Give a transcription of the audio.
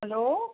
hello